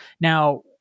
Now